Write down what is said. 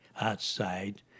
outside